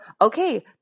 okay